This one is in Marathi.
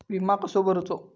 विमा कसो भरूचो?